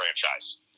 franchise